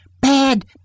Bad